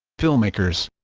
filmmakers